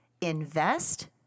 invest